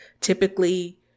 typically